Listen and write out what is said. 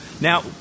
now